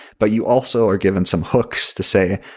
but you also are given some hooks to say,